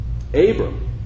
Abram